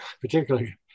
particularly –